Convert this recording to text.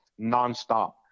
nonstop